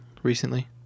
Recently